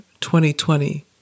2020